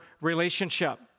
relationship